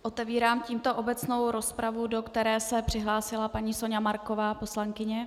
Otevírám tímto obecnou rozpravu, do které se přihlásila paní Soňa Marková, poslankyně.